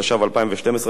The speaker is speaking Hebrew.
התשע"ב 2012,